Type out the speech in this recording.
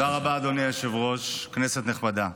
אדוני היושב-ראש, כנסת נכבדה.